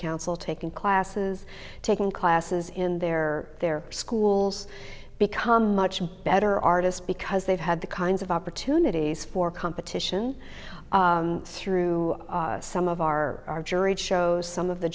council taking classes taking classes in their their schools become much better artists because they've had the kinds of opportunities for competition through some of our shows some of the